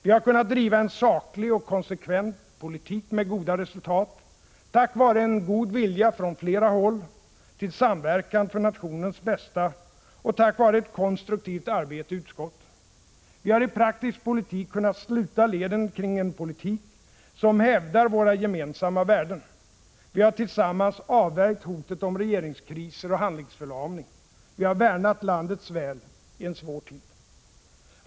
Vi har kunnat driva en saklig och konsekvent politik med goda resultat, tack vare en god vilja — från flera håll — till samverkan för nationens bästa och tack vare ett konstruktivt arbete i utskotten. Vi har i praktisk politik kunnat sluta leden kring en politik som hävdar våra gemensamma värden. Vi har tillsammans avvärjt hotet om regeringskriser och handlingsförlamning. Vi har värnat landets väl i en svår tid.